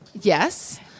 Yes